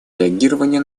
реагирования